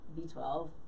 b12